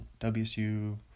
WSU